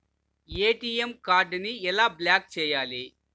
ATM కార్డుని ఎలా block చేయాలి?